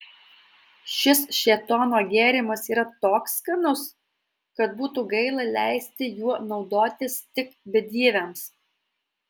šis šėtono gėrimas yra toks skanus kad būtų gaila leisti juo naudotis tik bedieviams